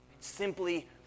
Simply